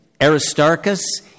Aristarchus